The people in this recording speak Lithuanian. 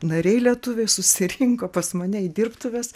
nariai lietuviai susirinko pas mane į dirbtuves